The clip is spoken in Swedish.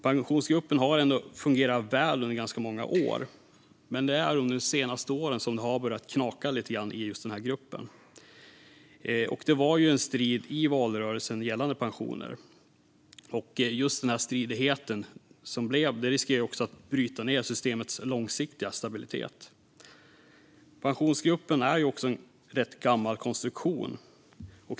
Pensionsgruppen har fungerat väl under ganska många år, men under de senaste åren har det börjat knaka lite i gruppen. Det var strid i valrörelsen gällande pensionerna, och de stridigheter som uppstod riskerar att bryta ned systemets långsiktiga stabilitet. Pensionsgruppen är en gammal konstruktion.